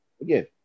again